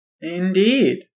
Indeed